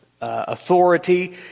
authority